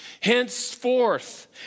Henceforth